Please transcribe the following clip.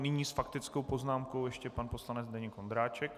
Nyní s faktickou poznámkou ještě pan poslanec Zdeněk Ondráček.